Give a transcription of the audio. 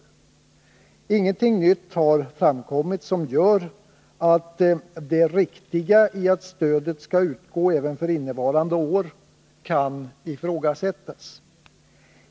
Ingenting nytt har framkommit som gör att det riktiga i att stödet skall utgå även för innevarande år kan ifrågasättas.